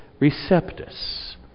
Receptus